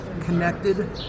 connected